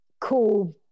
cool